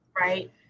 Right